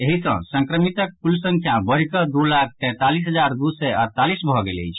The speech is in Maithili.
एहि सऽ संक्रमितक कुल संख्या बढ़िकऽ दू लाख तैंतालीस हजार दू सय अड़तालीस भऽ गेल अछि